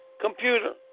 computer